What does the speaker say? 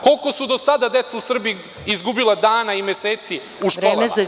Koliko su do sada deca u Srbiji izgubila dana i meseci u školama?